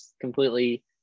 completely